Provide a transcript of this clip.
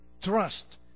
trust